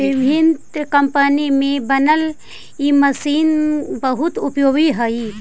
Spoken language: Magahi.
विभिन्न कम्पनी में बनल इ मशीन बहुत उपयोगी हई